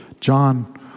John